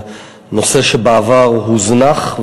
זה נושא שבעבר הוזנח,